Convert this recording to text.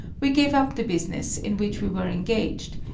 we gave up the business in which we were engaged,